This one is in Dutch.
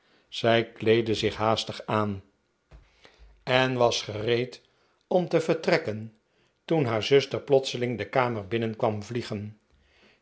en was gereed om te vertrekken toen haar zuster plotseling de kamer binnen kwam vliegen